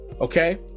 Okay